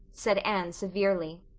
said anne severely.